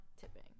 tipping